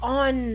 on